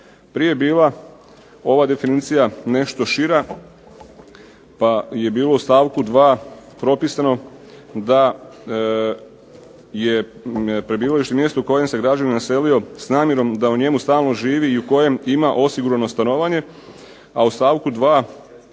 Prije je bila ova definicija nešto šira, pa je bilo u stavku 2. propisano da je prebivalište mjesto u kojem se građanin naselio s namjerom da u njemu stalno živi i u kojem ima osigurano stanovanje. A u stavku 2.